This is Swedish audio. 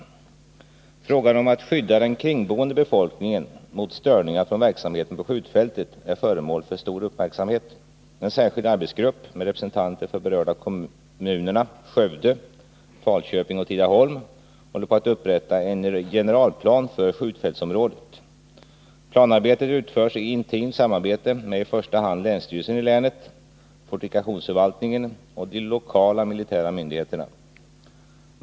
Frågan om att skydda den kringboende befolkningen mot störningar från verksamheten på skjutfältet är föremål för stor uppmärksamhet. En särskild arbetsgrupp med representanter för de berörda kommunerna Skövde, Falköping och Tidaholm håller på att upprätta en generalplan för skjutfältsområdet. Planarbetet utförs i intimt samarbete med i första hand länsstyrelseni länet, fortifikationsförvaltningen och de lokala militära myndigheterna.